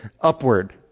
upward